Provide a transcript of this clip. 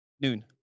Noon